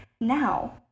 now